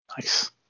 Nice